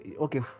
okay